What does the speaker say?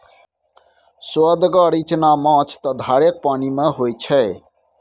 सोअदगर इचना माछ त धारेक पानिमे होए छै